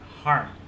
harm